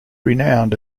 renowned